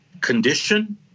condition